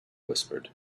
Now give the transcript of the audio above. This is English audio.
whispered